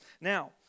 Now